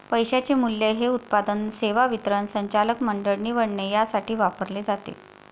पैशाचे मूल्य हे उत्पादन, सेवा वितरण, संचालक मंडळ निवडणे यासाठी वापरले जाते